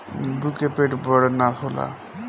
नीबू के पेड़ बड़ ना होला